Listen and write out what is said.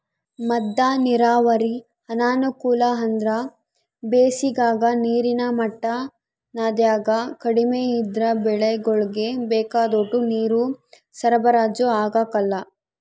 ಮದ್ದ ನೀರಾವರಿ ಅನಾನುಕೂಲ ಅಂದ್ರ ಬ್ಯಾಸಿಗಾಗ ನೀರಿನ ಮಟ್ಟ ನದ್ಯಾಗ ಕಡಿಮೆ ಇದ್ರ ಬೆಳೆಗುಳ್ಗೆ ಬೇಕಾದೋಟು ನೀರು ಸರಬರಾಜು ಆಗಕಲ್ಲ